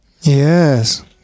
Yes